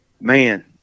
man